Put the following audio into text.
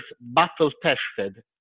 battle-tested